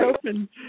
open